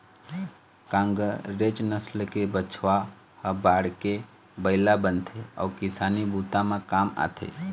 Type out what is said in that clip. कांकरेज नसल के बछवा ह बाढ़के बइला बनथे अउ किसानी बूता म काम आथे